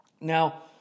Now